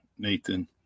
Nathan